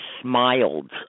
smiled